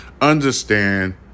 understand